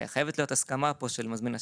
חייבת להיות הסכמה פה של מזמין השירות,